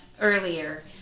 earlier